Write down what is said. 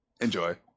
Enjoy